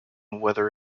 whether